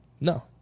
No